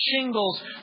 shingles